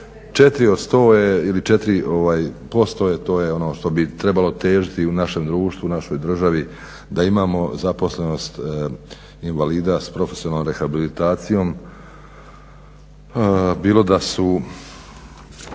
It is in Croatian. Četiri od sto je ili 4% to je ono što bi trebalo težiti u našem društvu, našoj državi da imamo zaposlenost invalida s profesionalnom rehabilitacijom,